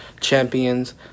champions